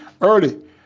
early